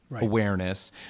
awareness